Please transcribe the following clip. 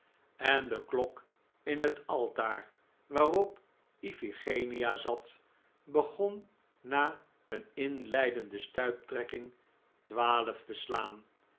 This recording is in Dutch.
en de klok in het altaar waarop iphigenia zat begon na een inleidende stuiptrekking twaalf te slaan